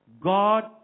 God